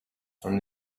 from